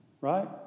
Right